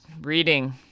reading